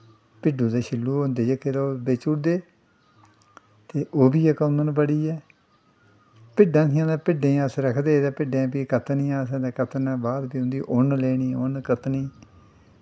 भिड्डू ते छिल्लू होंदे जेह्के ओह् बेची ओड़दे ते ओह् बी इक आमदन बड़ी ऐ भिड्डां हियां ते भिड्डें गी अस रक्खदे हे ते भिड्डें गी असें कतनियां ते ओह्दे बाद फिर उ'न्न लैनी उ'न्न कत्तनी